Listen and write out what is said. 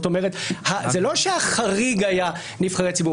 זה לא שהחריג היה נבחרי ציבור.